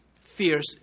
fierce